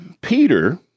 Peter